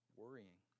worrying